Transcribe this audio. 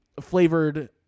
flavored